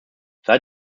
seit